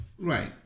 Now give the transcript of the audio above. right